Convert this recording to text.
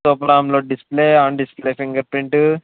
super AMOLED display on display finger print